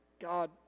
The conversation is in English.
God